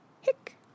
hick